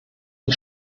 die